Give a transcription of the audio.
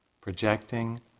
projecting